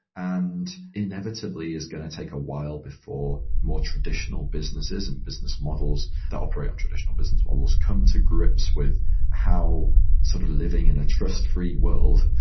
and inevitably, it's going to take a while before more traditional businesses and business models that operate on traditional business models come to grips with how sort of living in a trust-free world,